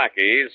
Blackie's